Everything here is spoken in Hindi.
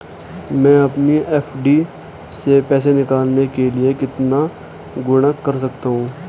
मैं अपनी एफ.डी से पैसे निकालने के लिए कितने गुणक कर सकता हूँ?